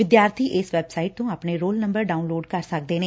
ਵਿਦਿਆਰਥੀ ਇਸ ਵੈਬਸਾਈਟ ਤੋਂ ਆਪਣੇ ਰੋਲ ਨੰਬਰ ਡਾਊਨਲੋਡ ਕਰ ਸਕਦੇ ਨੇ